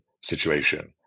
situation